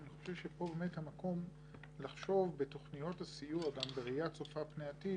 אני חושב שפה באמת המקום לחשוב בתוכניות הסיוע גם בראיה הצופה פני עתיד,